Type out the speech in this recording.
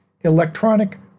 Electronic